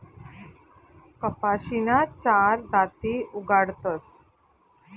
कपाशीन्या चार जाती उगाडतस